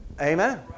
Amen